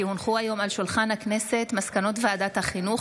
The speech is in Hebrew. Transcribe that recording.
כי הונחו היום על שולחן הכנסת מסקנות ועדת החינוך,